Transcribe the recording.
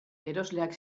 erosleak